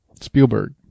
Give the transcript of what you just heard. Spielberg